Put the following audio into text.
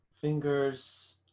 fingers